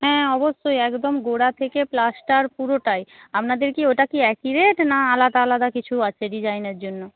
হ্যাঁ অবশ্যই একদম গোড়া থেকে প্লাস্টার পুরোটাই আপনাদের কি ওটা কি একই রেট না আলাদা আলাদা কিছু আছে ডিজাইনের জন্য